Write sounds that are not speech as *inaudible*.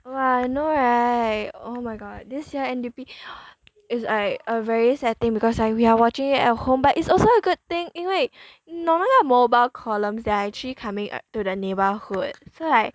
!wah! I know right oh my god this year N_D_P *breath* is like a very sad thing because right we are watching it at home but it's also a good thing 因为你懂那个 mobile columns that are actually coming uh to the neighborhood so like